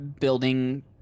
building